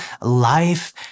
life